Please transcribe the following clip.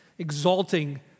exalting